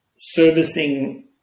servicing